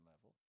level